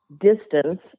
distance